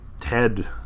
Ted